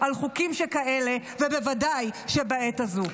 -- על חוקים שכאלה, וודאי שבעת הזאת.